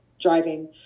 driving